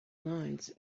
lines